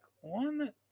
one